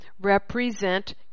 represent